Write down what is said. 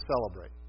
celebrate